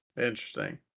Interesting